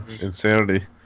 insanity